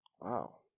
Wow